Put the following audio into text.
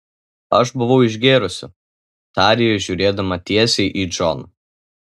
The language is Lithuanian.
aš buvau išgėrusi tarė ji žiūrėdama tiesiai į džoną